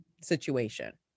situation